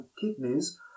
kidneys